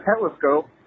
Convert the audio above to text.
telescope